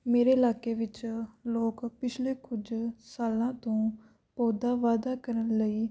ਮੇਰੇ ਇਲਾਕੇ ਵਿੱਚ ਲੋਕ ਪਿਛਲੇ ਕੁਝ ਸਾਲਾਂ ਤੋਂ ਪੌਦਾ ਵਾਧਾ ਕਰਨ ਲਈ